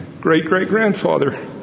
great-great-grandfather